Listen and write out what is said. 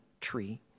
tree